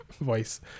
voice